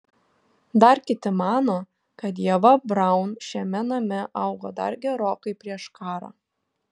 dar kiti mano kad ieva braun šiame name augo dar gerokai prieš karą